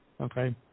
Okay